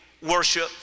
worship